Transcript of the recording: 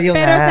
pero